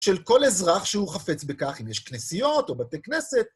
של כל אזרח שהוא חפץ בכך, אם יש כנסיות או בתי כנסת.